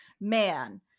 man